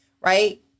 right